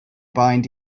bind